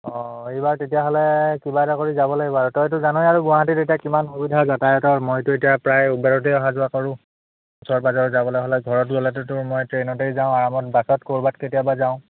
অঁ এইবাৰ তেতিয়াহ'লে কিবা এটা কৰি যাব লাগিব আৰু তইতো জানই আৰু গুৱাহাটীত এতিয়া কিমান সুবিধা যাতায়তৰ মইতো এতিয়া প্ৰায় উবেৰতেই অহা যোৱা কৰোঁ ওচৰ পাঁজৰে যাবলৈ হ'লে ঘৰত গ'লেটোতো মই ট্ৰেইনতেই যাওঁ আৰামত বাছত ক'ৰবাত কেতিয়াবা যাওঁ